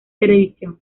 televisión